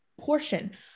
portion